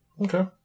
Okay